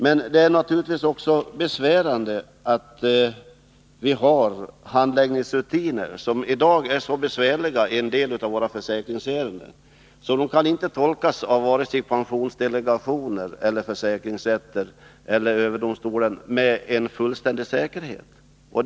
Men det är naturligtvis också besvärande att man i en del av våra försäkringsärenden har så besvärliga handläggningsrutiner och bestämmelser att de inte med fullständig säkerhet kan tolkas av vare sig pensionsdelegationer, försäkringsrätter eller försäkringsöverdomstolen.